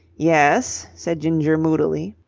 yes? said ginger moodily.